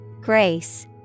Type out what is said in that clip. Grace